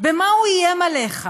במה הוא איים עליך?